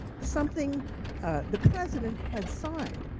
something the president had signed.